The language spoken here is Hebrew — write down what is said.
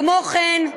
כמו כן,